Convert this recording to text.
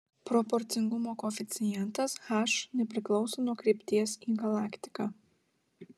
proporcingumo koeficientas h nepriklauso nuo krypties į galaktiką